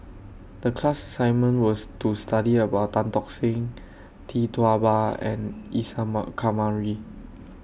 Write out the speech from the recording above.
The class assignment was to study about Tan Tock Seng Tee Tua Ba and Isa Kamari